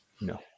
No